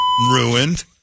ruined